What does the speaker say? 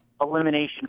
elimination